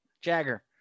Jagger